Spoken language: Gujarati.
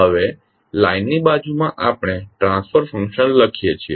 હવે લાઈનની બાજુમાં આપણે ટ્રાન્સફર ફંક્શન લખીએ છીએ